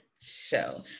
show